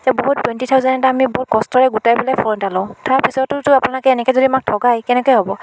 এতিয়া বহুত twenty thousand এটা আমি বহু কষ্টৰে গোটাই পেলাই ফ'ন এটা লওঁ তাৰ পিছতো ত' আপোনালোকে এনেকৈ যদি আমাক ঠগায় কেনেকৈ হ'ব